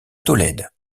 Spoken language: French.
tolède